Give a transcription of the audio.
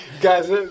Guys